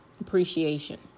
appreciation